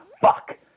fuck